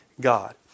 God